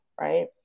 right